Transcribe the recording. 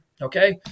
Okay